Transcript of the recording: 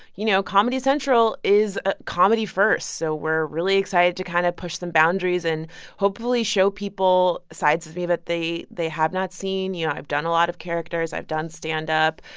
you know, comedy central is ah comedy first, so we're really excited to kind of push some boundaries and hopefully show people sides of me that they they have not seen. you know, i've done a lot of characters. i've done standup.